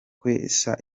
kwesa